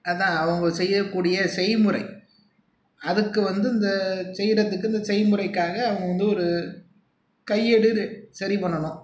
அதான் அவங்க செய்ய கூடிய செய்முறை அதுக்கு வந்து இந்த செய்கிறதுக்குன்னு செய்முறைக்காக அவங்க வந்து ஒரு கையேடு சரி பண்ணணும்